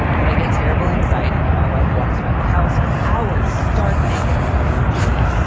but i get terrible anxiety when my wife walks around the house for hours, stark naked around our young children.